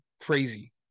crazy